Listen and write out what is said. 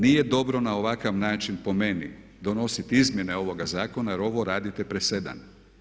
Nije dobro na ovakav način po meni donositi izmjene ovoga zakona, jer ovo radite presedan.